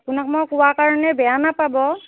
আপোনাক মই কোৱাৰ কাৰণে বেয়া নাপাব